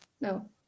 No